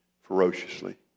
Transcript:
ferociously